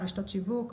רשתות שיווק,